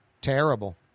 Terrible